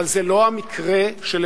אבל זה לא המקרה שלפנינו.